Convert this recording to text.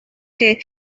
que